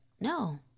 No